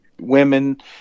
women